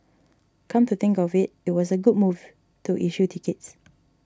come to think of it it was a good move to issue tickets